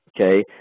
Okay